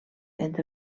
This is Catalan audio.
entre